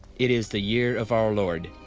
it is the year of our lord,